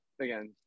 again